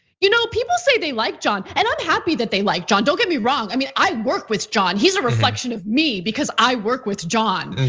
you know people say they like john. and i'm happy that they like john, don't get me wrong. i mean, i work with john. he's a reflection of me, because i work with john.